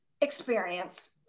experience